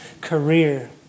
career